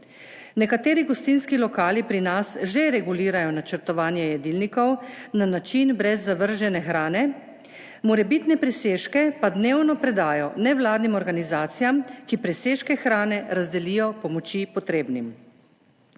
Nekateri gostinski lokali pri nas že regulirajo načrtovanje jedilnikov na način brez zavržene hrane, morebitne presežke pa dnevno predajo nevladnim organizacijam, ki presežke hrane razdelijo pomoči potrebnim.